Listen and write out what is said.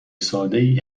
سادهای